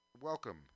welcome